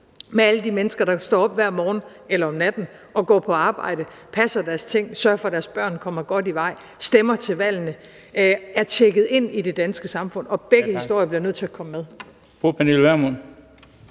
om alle de mennesker, der står op hver morgen eller om natten og går på arbejde, passer deres ting, sørger for, at deres børn kommer godt i vej, stemmer til valgene, er tjekket ind i det danske samfund, og begge historier er nødt til at komme med.